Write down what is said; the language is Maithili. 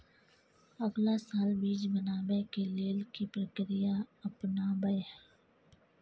अगला साल बीज बनाबै के लेल के प्रक्रिया अपनाबय?